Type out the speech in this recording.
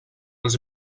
els